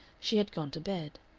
she had gone to bed.